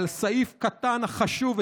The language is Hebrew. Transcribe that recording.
על סעיף קטן חשוב,